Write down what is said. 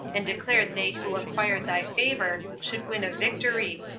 and declared they who acquired thy favor should win a victory.